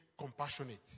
compassionate